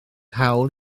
hawl